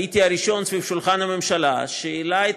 הייתי הראשון סביב שולחן הממשלה שהעלה את